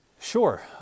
sure